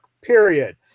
period